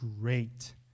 great